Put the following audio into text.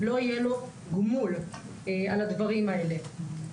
לא יהיה לו גמול על הדברים האלה.